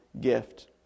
gift